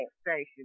Station